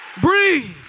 breathe